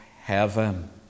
heaven